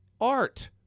art